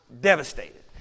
devastated